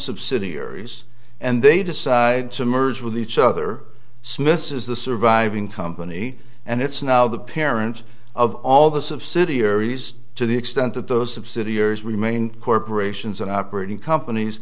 subsidiaries and they decide to merge with each other smiths is the surviving company and it's now the parent of all of us of city aires to the extent that those subsidiaries remain corporations and operating companies